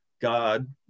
God